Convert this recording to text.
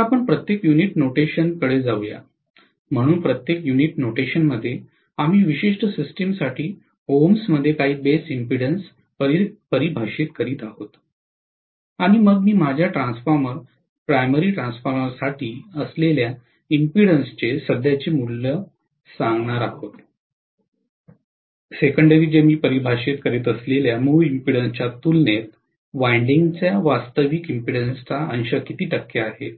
आपण प्रत्येक युनिट नोटेशनकडे जाऊ या म्हणून प्रत्येक युनिट नोटेशनमध्ये आम्ही विशिष्ट सिस्टमसाठी ओममध्ये काही बेस इम्पीडंस परिभाषित करीत आहोत आणि मग मी माझ्या ट्रान्सफॉर्मर प्राइमरी ट्रान्सफॉर्मरसाठी असलेल्या इम्पीडंस चे सध्याचे मूल्य सांगणार आहोत सेकंडेरी जे मी परिभाषित करीत असलेल्या मूळ इम्पीडंस च्या तुलनेत वायंडिंग चा वास्तविक इम्पीडंस चा अंश किती टक्के आहे